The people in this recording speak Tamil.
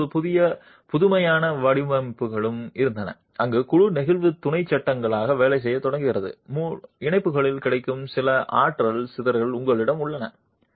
புதிய புதுமையான வடிவமைப்புகளும் இருந்தன அங்கு குழு நெகிழ் துணை சடங்களாக வேலை செய்யத் தொடங்குகிறது மூட்டுகளில் கிடைக்கும் சில ஆற்றல் சிதறல் உங்களிடம் உள்ளது